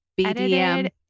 BDM